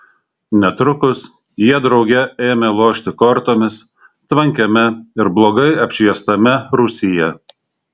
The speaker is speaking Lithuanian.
netrukus jie drauge ėmė lošti kortomis tvankiame ir blogai apšviestame rūsyje